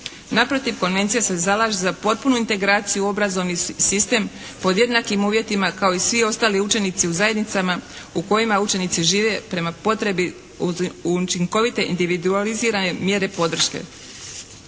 Naprotiv Konvencija se zalaže za potpunu integraciju u obrazovni sistem pod jednakim uvjetima kao i svi ostali učenici u zajednicama u kojima učenici žive prema potrebi učinkovite, individualizirane mjere podrške.